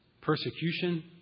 persecution